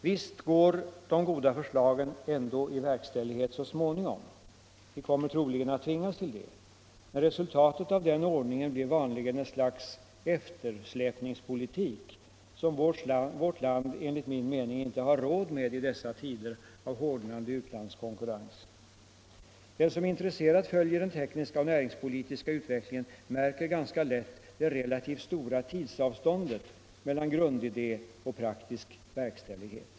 Visst går de goda förslagen ändå i verkställighet så småningom — vi kommer troligen att tvingas till det — men resultatet av denna ordning blir vanligen ett slags ”eftersläpningspolitik” som vårt land enligt min mening inte har råd med i dessa tider av hårdnande utlandskonkurrens. Den som intresserat följer den tekniska och näringspolitiska utvecklingen märker ganska lätt det relativt stora tidsavståndet mellan grundidé och praktisk verkställighet.